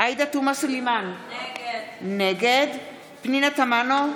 עאידה תומא סלימאן, נגד פנינה תמנו,